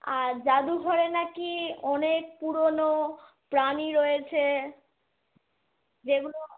আর জাদুঘরে নাকি অনেক পুরোনো প্রাণী রয়েছে যেগুলো